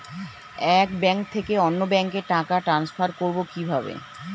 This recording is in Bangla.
এক ব্যাংক থেকে অন্য ব্যাংকে টাকা ট্রান্সফার করবো কিভাবে?